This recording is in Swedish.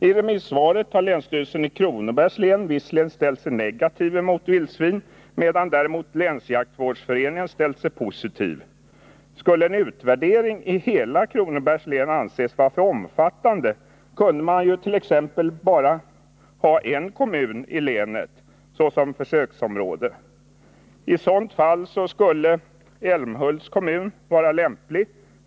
I remissvaret har länsstyrelsen i Kronobergs län ställt sig negativ mot vildsvin, medan däremot länsjaktvårdsföreningen ställt sig positiv. Skulle en utvärdering i hela Kronobergs län anses vara för omfattande, kunde t.ex. bara en kommun i länet utväljas såsom försöksområde. I sådant fall skulle Älmhults kommun vara lämplig.